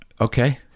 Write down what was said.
Okay